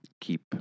keep